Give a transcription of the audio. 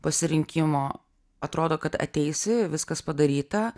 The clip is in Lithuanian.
pasirinkimo atrodo kad ateisi viskas padaryta